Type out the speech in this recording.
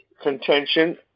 Contention